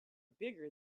bigger